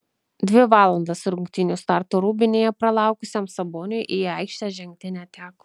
dvi valandas rungtynių starto rūbinėje pralaukusiam saboniui į aikštę žengti neteko